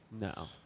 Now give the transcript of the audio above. No